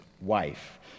wife